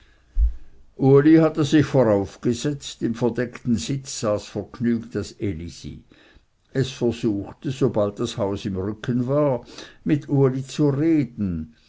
uli hatte sich voraufgesetzt im verdeckten sitz saß vergnügt ds elisi es versuchte sobald das haus im rücken war mit uli zu reden